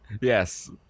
Yes